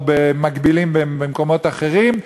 או מקבילים במקומות אחרים,